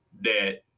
that-